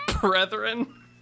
Brethren